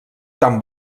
tan